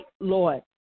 Lord